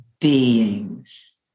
beings